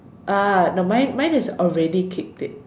uh the mine mine is already kicked it